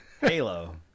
Halo